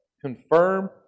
confirm